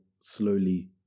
slowly